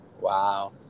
Wow